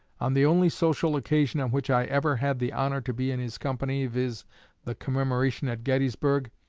on the only social occasion on which i ever had the honor to be in his company, viz, the commemoration at gettysburg,